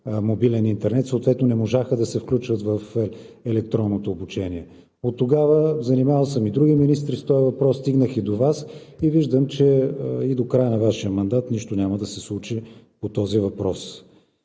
мобилен интернет, съответно не можаха да се включват в електронното обучение. Оттогава, занимавал съм и други министри с този въпрос, стигнах и до Вас, и виждам, че и до края на Вашия мандат нищо няма да се случи. Мисля,